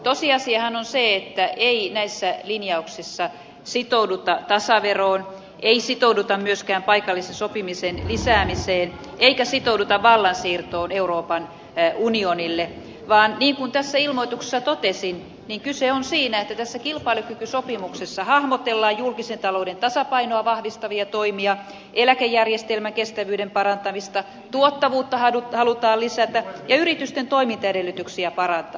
tosiasiahan on se että ei näissä linjauksissa sitouduta tasaveroon ei sitouduta myöskään paikallisen sopimisen lisäämiseen eikä sitouduta vallansiirtoon euroopan unionille vaan niin kuin tässä ilmoituksessa totesin kyse on siitä että tässä kilpailukykysopimuksessa hahmotellaan julkisen talouden tasapainoa vahvistavia toimia eläkejärjestelmän kestävyyden parantamista tuottavuutta halutaan lisätä ja yritysten toimintaedellytyksiä parantaa